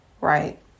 Right